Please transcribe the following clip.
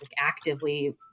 actively